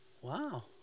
Wow